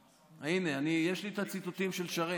הינה, יש לי את הציטוטים של שרן,